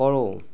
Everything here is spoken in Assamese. কৰোঁ